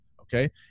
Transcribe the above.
Okay